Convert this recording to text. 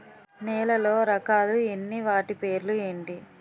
నేలలో రకాలు ఎన్ని వాటి పేర్లు ఏంటి?